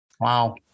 Wow